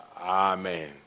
Amen